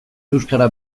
euskara